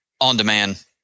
on-demand